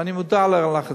ואני מודע ללחצים.